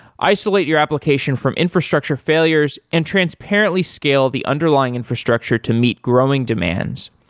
isolate your application from infrastructure failures and transparently scale the underlying infrastructure to meet growing demands,